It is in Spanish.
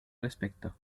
respecto